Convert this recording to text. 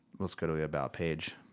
let's go to the about page.